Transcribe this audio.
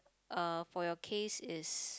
uh for your case is